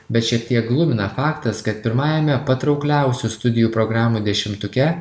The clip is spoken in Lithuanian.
bet šiek tiek glumina faktas kad pirmajame patraukliausių studijų programų dešimtuke